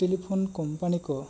telephone company ᱠᱚ